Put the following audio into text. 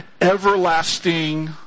everlasting